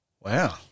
Wow